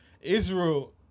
Israel